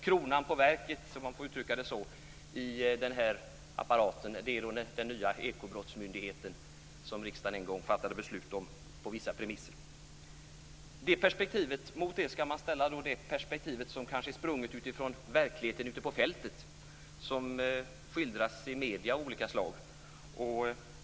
Kronan på verket - om man får uttrycka det så - i denna apparat är den nya ekobrottsmyndigheten, som riksdagen en gång fattade beslut om på vissa premisser. Mot det perspektivet skall man ställa det perspektiv som kanske är sprunget från verkligheten ute på fältet och som skildras i medier av olika slag.